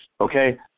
okay